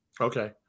Okay